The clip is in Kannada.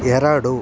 ಎರಡು